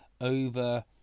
over